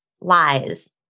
lies